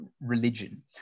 religion